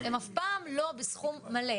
הם אף פעם לא בסכום מלא.